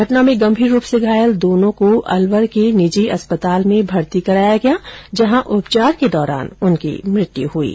घटना में गंभीर रूप से घायल दोनों को अलवर के एक निजी अस्पताल में भर्ती कराया गया जहाँ उपचार के दौरान उनकी मौत हो गयी